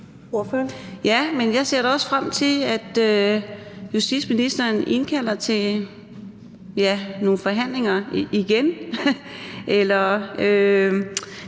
jeg ser da også frem til, at justitsministeren indkalder til nogle forhandlinger igen.